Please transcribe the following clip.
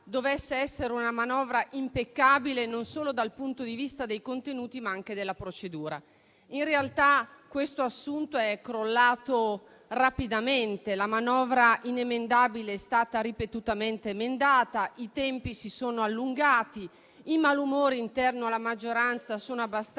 dovuto essere una manovra impeccabile, non solo dal punto di vista dei contenuti ma anche della procedura. In realtà questo assunto è crollato rapidamente. La manovra inemendabile è stata ripetutamente emendata, i tempi si sono allungati, i malumori interni alla maggioranza sono abbastanza